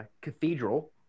Cathedral